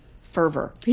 fervor